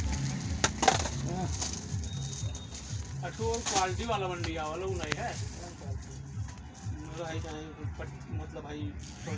सबसे कम इन्टरेस्ट कोउन वाला लोन पर लागी?